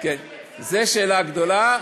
זו שאלה גדולה.